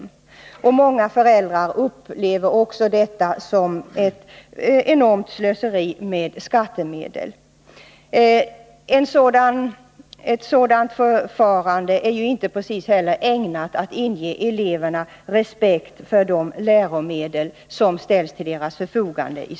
Många föräldrar upplever detta som ett enormt slöseri med skattemedel. Ett sådant förfarande är inte heller precis ägnat att inge eleverna respekt för de läromedel som i skolan ställs till deras förfogande.